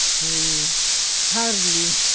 we hardly